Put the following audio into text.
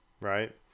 right